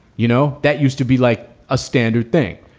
you know, that used to be like a standard thing.